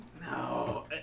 No